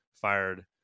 fired